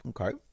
Okay